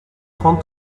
trente